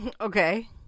Okay